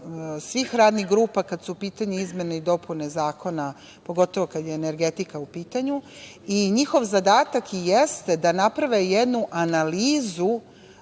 svih radnih grupa kad su u pitanju izmene i dopune Zakona, pogotovo kad je energetika u pitanju, i njihov zadatak i jeste da naprave jednu analizu,